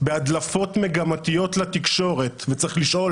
בהדלפות מגמתיות לתקשורת, וצריך לשאול